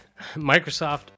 Microsoft